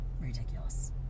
Ridiculous